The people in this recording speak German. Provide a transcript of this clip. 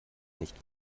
nicht